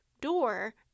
door